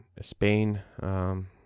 Spain